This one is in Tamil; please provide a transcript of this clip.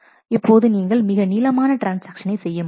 இப்பொழுது நீங்கள் மிக நீளமான ட்ரான்ஸ்ஆக்ஷனை செய்ய முடியும்